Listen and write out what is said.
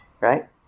right